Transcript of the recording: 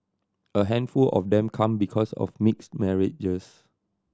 a handful of them come because of mixed marriages